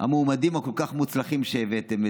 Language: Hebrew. המועמדים הכל-כך מוצלחים שהבאתם?